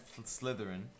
Slytherin